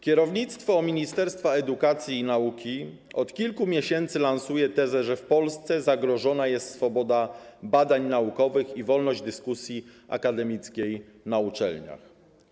Kierownictwo Ministerstwa Edukacji i Nauki od kilku miesięcy lansuje tezę, że w Polsce zagrożona jest swoboda badań naukowych i wolność dyskusji akademickiej na uczelniach.